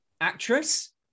actress